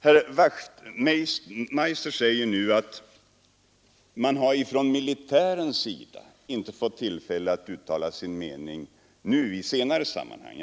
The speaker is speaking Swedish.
Herr Wachtmeister i Johannishus säger nu att militären inte har fått tillfälle att uttala sin mening i senare sammanhang.